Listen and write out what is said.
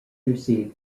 received